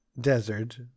desert